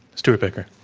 stewart baker.